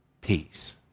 peace